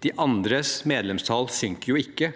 De andres medlemstall synker jo ikke.